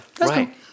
right